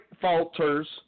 falters